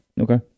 Okay